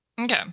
Okay